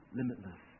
limitless